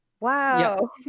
Wow